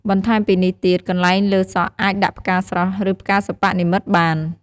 បន្ថែមពីលើនេះទៀតកន្លែងលើសក់អាចដាក់ផ្កាស្រស់ឬផ្កាសិប្បនិម្មិតបាន។